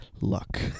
luck